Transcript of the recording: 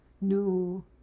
new